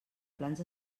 plans